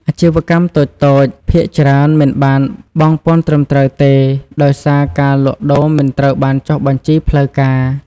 អាជីវកម្មតូចៗភាគច្រើនមិនបានបង់ពន្ធត្រឹមត្រូវទេ ដោយសារការលក់ដូរមិនត្រូវបានចុះបញ្ជីផ្លូវការ។